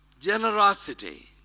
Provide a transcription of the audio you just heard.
Generosity